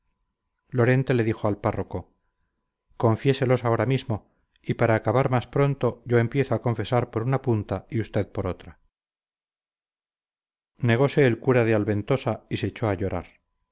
lorente le dijo al párroco confiéselos ahora mismo y para acabar más pronto yo empiezo a confesar por una punta y usted por otra negose el cura de alventosa y se echó a llorar